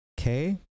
Okay